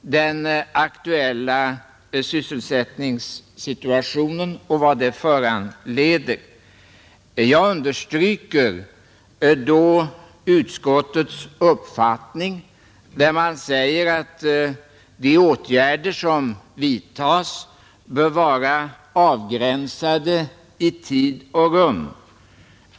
den aktuella sysselsättningssituationen och vad den föranleder. Jag understryker utskottets uppfattning att de åtgärder som vidtas bör vara avgränsade i tid och rum.